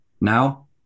Now